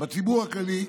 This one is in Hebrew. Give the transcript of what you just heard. בציבור הכללי.